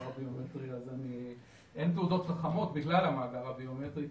הביומטרי: אין תעודות חכמות בגלל המאגר הביומטרי,